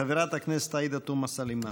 חברת הכנסת עאידה תומא סלימאן.